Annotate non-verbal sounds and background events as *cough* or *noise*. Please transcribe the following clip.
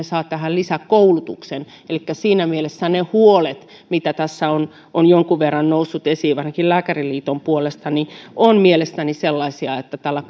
*unintelligible* saavat tähän lisäkoulutuksen elikkä siinä mielessä ne huolet joita tässä on on jonkun verran noussut esiin varsinkin lääkäriliiton puolesta ovat mielestäni sellaisia että tällä *unintelligible*